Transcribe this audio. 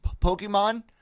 Pokemon